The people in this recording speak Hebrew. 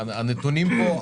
כי הנתונים פה,